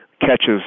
catches